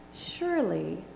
Surely